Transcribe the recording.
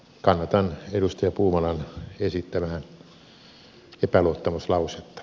kannatan edustaja puumalan esittämää epäluottamuslausetta